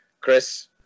Chris